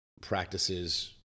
practices